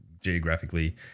geographically